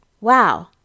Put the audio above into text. Wow